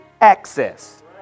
access